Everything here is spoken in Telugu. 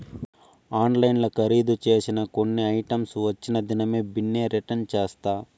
ఆన్లైన్ల కరీదు సేసిన కొన్ని ఐటమ్స్ వచ్చిన దినామే బిన్నే రిటర్న్ చేస్తా